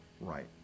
right